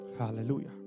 Hallelujah